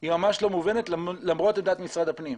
היא ממש לא מובנת למרות עמדת משרד הפנים,